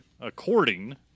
According